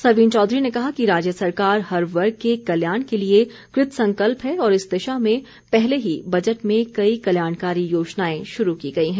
सरवीण चौधरी ने कहा कि राज्य सरकार हर वर्ग के कल्याण के लिए कृतसंकल्प है और इस दिशा में पहले ही बजट में कई कल्याणकारी योजनाएं शुरू की गई हैं